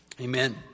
Amen